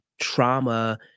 trauma